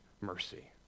mercy